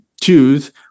choose